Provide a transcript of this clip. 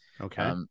Okay